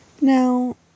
Now